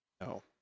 No